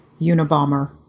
Unabomber